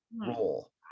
role